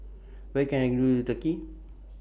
Where Can I Do The Turkey